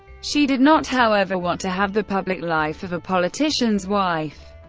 she did not, however, want to have the public life of a politician's wife.